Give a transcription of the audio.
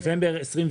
נובמבר 21'